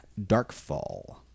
Darkfall